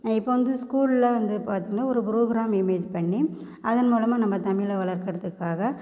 இப்போ வந்து ஸ்கூலில் வந்து பார்த்தீங்கன்னா ஒரு ப்ரோக்ராம் இமேஜ் பண்ணி அதன் மூலமாக நம்ம தமிழை வளர்கிறதுக்காக